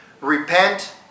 repent